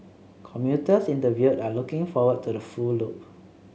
commuters interviewed are looking forward to the full loop